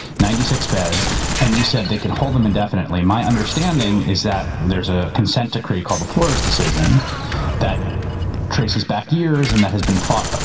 ninety six beds and you said they can hold them indefinitely. my understanding is that there's a consent decree called the flores decision that traces back years and that has been fought, but